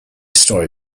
storey